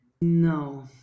No